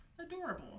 adorable